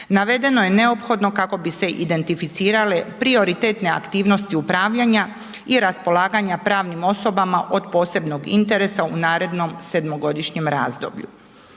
Navedeno je neophodno kako bi se identificirale prioritetne aktivnosti upravljanja i raspolaganja pravnim osobama od posebnog interesa u narednom sedmogodišnjem razdoblju.